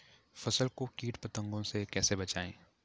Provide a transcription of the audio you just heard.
फसल को कीट पतंगों से कैसे बचाएं?